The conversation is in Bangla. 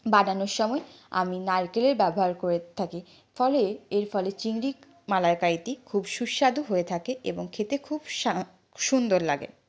বানানোর সময় আমি নারকেলের ব্যবহার করে থাকি ফলে এর ফলে চিংড়ি মালাইকারিটি খুব সুস্বাদু হয়ে থাকে এবং খেতে খুব সুন্দর লাগে